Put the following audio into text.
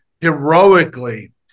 heroically